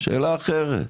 שאלה אחרת,